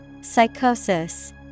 Psychosis